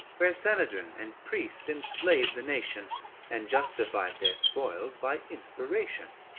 where sanhedrin and priest enslaved the nation and justified their spoils by inspiration